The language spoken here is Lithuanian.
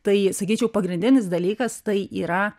tai sakyčiau pagrindinis dalykas tai yra